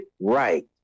Right